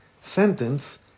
sentence